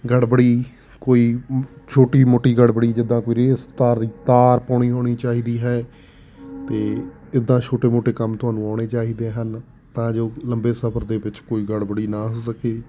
ਗੜਬੜੀ ਕੋਈ ਛੋਟੀ ਮੋਟੀ ਗੜਬੜੀ ਜਿੱਦਾਂ ਕੋਈ ਰੀਅਸ ਤਾਰ ਦੀ ਤਾਰ ਪਾਉਣੀ ਆਉਣੀ ਚਾਹੀਦੀ ਹੈ ਅਤੇ ਇਦਾਂ ਛੋਟੇ ਮੋਟੇ ਕੰਮ ਤੁਹਾਨੂੰ ਆਉਣੇ ਚਾਹੀਦੇ ਹਨ ਤਾਂ ਜੋ ਲੰਬੇ ਸਫ਼ਰ ਦੇ ਵਿੱਚ ਕੋਈ ਗੜਬੜੀ ਨਾ ਹੋ ਸਕੇ